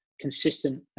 consistent